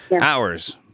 hours